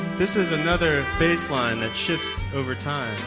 this is another baseline that shifts over time.